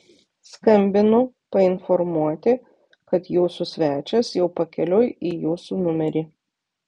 skambinu painformuoti kad jūsų svečias jau pakeliui į jūsų numerį